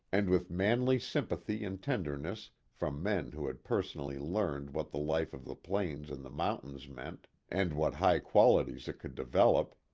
and with manly sympathy and tenderness from men who had personally learned what the life of the plains and the mountains meant, and what high qualities it could develop,